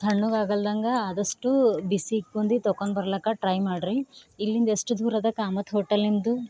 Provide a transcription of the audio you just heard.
ತಣ್ಣಗೆ ಆಗಲ್ದಂಗ ಆದಷ್ಟು ಬಿಸಿ ಇತ್ಕೊಂಡಿ ತಕೊಂಡ್ ಬರರ್ಲಿಕ್ಕ ಟ್ರೈ ಮಾಡಿರಿ ಇಲ್ಲಿಂದ ಎಷ್ಟು ದೂರ ಅದ ಕಾಮತ್ ಹೋಟಲ್ ನಿಮ್ಮದು